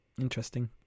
Interesting